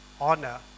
honor